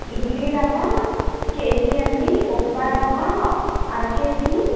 ఇడ్లీ రవ్వ కేజీ అండి ఉప్మా రవ్వ అర కేజీ